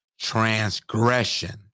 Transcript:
Transgression